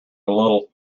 little